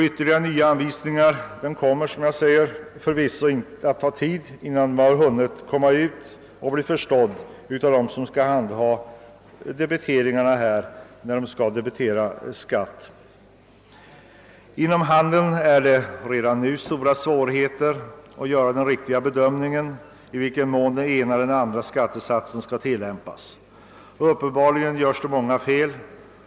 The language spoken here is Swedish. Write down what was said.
Ytterligare nya anvisningar kommer förvisso att ta tid innan de kommer ut och innan de förstås av dem som skall handha skattedebiteringen. Inom handeln föreligger redan nu stora svårigheter att göra den riktiga bedömningen huruvida den ena eller den andra skattesatsen skall tillämpas. Uppenbarligen görs det många fel.